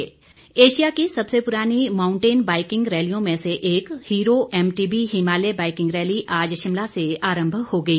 राज्यपाल एशिया की सबसे पुरानी मांउटेन बाइकिंग रैलियों में से एक Hero MTB Himalaya biking rally आज शिमला से आरंभ हो गई